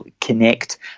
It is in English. connect